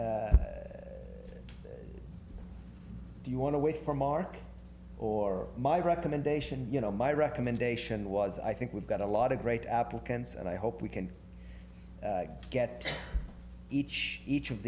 do you want to wait for mark or my recommendation you know my recommendation was i think we've got a lot of great applicants and i hope we can get each each of